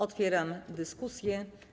Otwieram dyskusję.